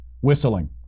whistling